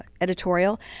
editorial